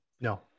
No